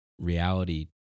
reality